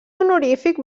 honorífic